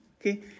okay